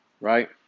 right